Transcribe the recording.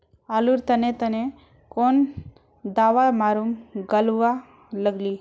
आलूर तने तने कौन दावा मारूम गालुवा लगली?